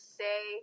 say